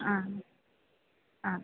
ಆಂ